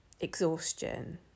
exhaustion